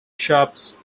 shops